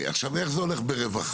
עכשיו איך זה הולך ברווחה?